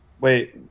Wait